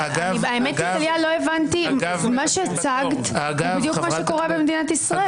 לא הבנתי מה שהצגת זה בדיוק מה שקורה במדינת ישראל.